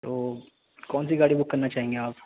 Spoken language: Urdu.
تو کون سی گاڑی بک کرنا چاہیں گے آپ